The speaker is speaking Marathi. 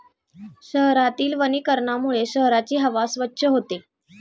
शहरातील वनीकरणामुळे शहराची हवा स्वच्छ होते